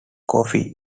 coffey